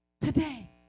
today